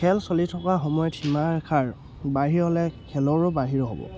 খেল চলি থকা সময়ত সীমা ৰেখাৰ বাহিৰ হ'লে খেলৰো বাহিৰ হ'ব